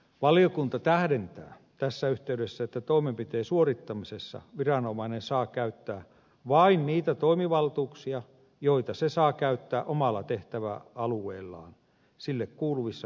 valiokunta tähdentää tässä yhteydessä että toimenpiteen suorittamisessa viranomainen saa käyttää vain niitä toimivaltuuksia joita se saa käyttää omalla tehtäväalueellaan sille kuuluvissa rikostorjuntatehtävissä